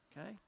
okay